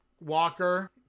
Walker